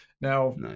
Now